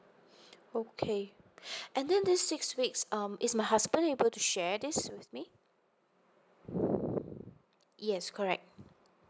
okay and then this six weeks um is my husband able to share this with me yes correct